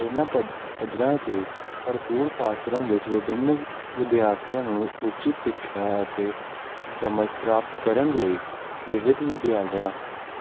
ਇਹਨਾਂ ਪੱ ਪੱਧਰਾਂ 'ਤੇ ਭਰਪੂਰ ਪਾਠਕ੍ਰਮ ਵਿੱਚ ਵਿਭਿੰਨ ਵਿਦਿਆਰਥੀਆਂ ਨੂੰ ਉਚਿਤ ਸਿੱਖਿਆ ਅਤੇ ਸਮਝ ਪ੍ਰਾਪਤ ਕਰਨ ਲਈ ਵਿਵਿਧ ਵਿੱਦਿਆਲਿਆਂ